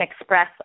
Express